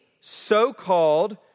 so-called